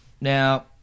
Now